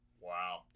wow